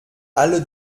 alle